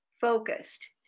focused